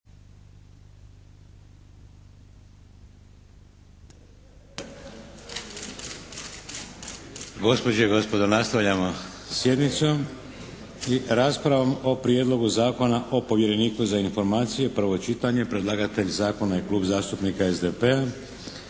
Gospođe i gospodo nastavljamo sa sjednicom i raspravom o - Prijedlog zakona o povjereniku za informacije – Predlagatelj Klub zastupnika SDP-a,